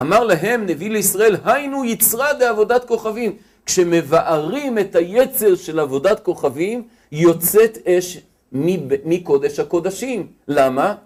אמר להם, נביא לישראל, היינו יצרא דעבודת כוכבים. כשמבערים את היצר של עבודת כוכבים, יוצאת אש מקודש הקודשים. למה?